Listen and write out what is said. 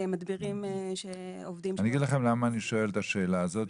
מדבירים שעובדים --- אני אגיד לכם למה אני שואל את השאלה הזאת.